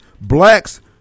blacks